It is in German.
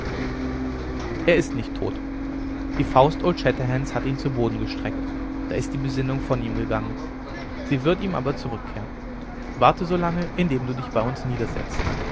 er ist nicht tot die faust old shatterhands hat ihn zu boden gestreckt da ist die besinnung von ihm gegangen sie wird ihm aber zurückkehren warte so lange indem du dich bei uns